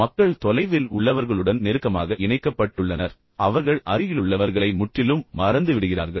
மக்கள் தொலைவில் உள்ளவர்களுடன் மிகவும் நெருக்கமாக இணைக்கப்பட்டுள்ளனர் ஆனால் அவர்கள் அருகிலுள்ளவர்களை முற்றிலும் மறந்துவிடுகிறார்கள்